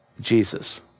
Jesus